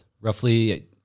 roughly